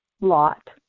lot